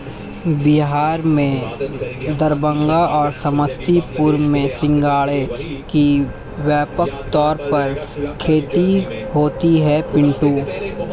बिहार में दरभंगा और समस्तीपुर में सिंघाड़े की व्यापक तौर पर खेती होती है पिंटू